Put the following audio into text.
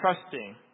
trusting